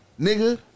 nigga